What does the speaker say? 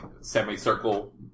semicircle